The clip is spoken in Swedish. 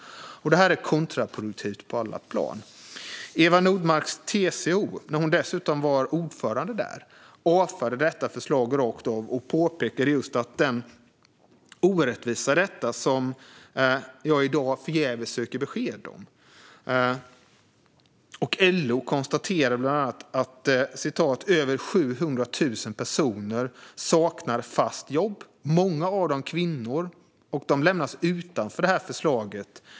Detta är kontraproduktivt på alla plan. När Eva Nordmark var ordförande för TCO avfärdade man detta förslag rakt av och påpekade just den orättvisa som jag i dag förgäves söker besked om. LO:s förste vice ordförande Therese Guovelin konstaterade att "över 700 000 personer saknar fast jobb, många av dem kvinnor, och de lämnas utanför det här förslaget".